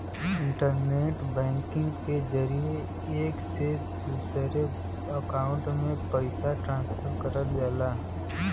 internet banking के जरिये एक से दूसरे अकांउट में पइसा ट्रांसफर करल जाला